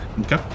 Okay